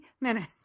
minutes